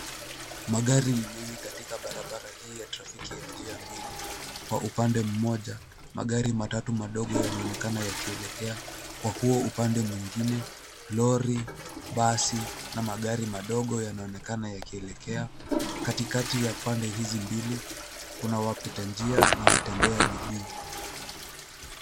Magari ni mengi katika barabara hii ya trafiki ya njia mbili. Kwa upande mmoja , magari matatu madogo yanaonekana yakielekea. Kwa huo upande mwingine lori , basi na magari madogo yanaonekana yakielekea. Katikati ya pande hizi mbili kuna wapita njia na watembea miguu.